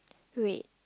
wait